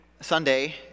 Sunday